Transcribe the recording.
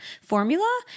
formula